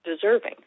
deserving